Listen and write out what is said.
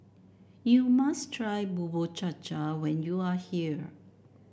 you must try Bubur Cha Cha when you are here